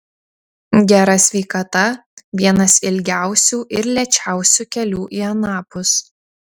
gera sveikata vienas ilgiausių ir lėčiausių kelių į anapus